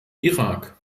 irak